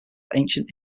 ancient